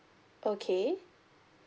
okay